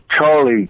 Charlie